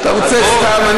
אתה רוצה סתם.